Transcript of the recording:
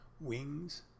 wings